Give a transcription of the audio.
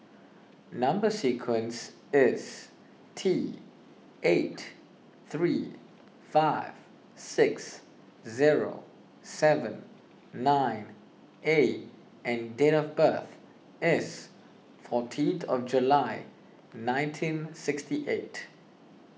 Number Sequence is T eight three five six zero seven nine A and date of birth is fourteenth of July nineteen sixty eight